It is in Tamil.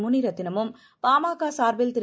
முனிரத்தினமும் பாமகசார்பில் திரு